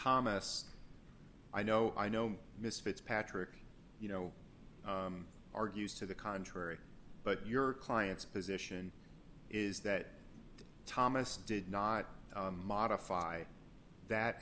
thomas i know i know misfits patrick you know argues to the contrary but your clients position is that thomas did not modify that